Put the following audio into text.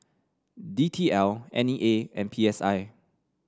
D T L N E A and P S I